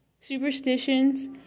superstitions